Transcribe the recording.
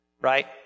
right